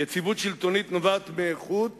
יציבות שלטונית נובעת מאיכות